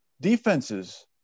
defenses